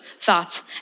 thoughts